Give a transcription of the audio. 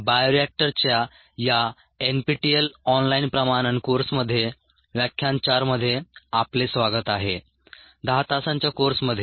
बायोरिएक्टर्सच्या या NPTEL online प्रमाणन कोर्समध्ये व्याख्यान 4 मध्ये आपले स्वागत आहे 10 तासांच्या कोर्समध्ये